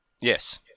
Yes